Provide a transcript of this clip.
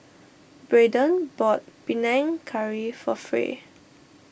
Brayden bought Panang Curry for Fay